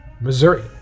Missouri